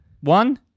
one